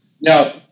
Now